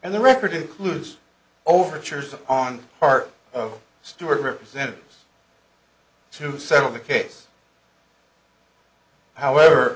and the record includes overtures on part of stewart representatives to settle the case however